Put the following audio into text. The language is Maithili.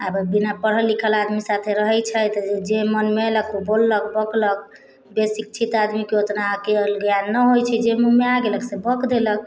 आब बिना पढ़ल लिखल आदमी साथे रहै छै तऽ जे मनमे अएलक ओ बोललक बकलक बेशिक्षित आदमीके ओतना अकिल ज्ञान नहि होइ छै जे मुँहमे आ गेलक से बक देलक